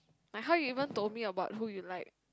like how you even told me like who you like